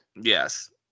Yes